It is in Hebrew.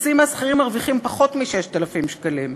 חצי מהשכירים מרוויחים פחות מ-6,000 שקלים.